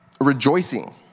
rejoicing